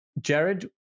Jared